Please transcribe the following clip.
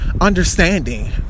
understanding